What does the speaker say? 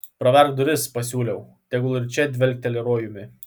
praverk duris pasiūliau tegul ir čia dvelkteli rojumi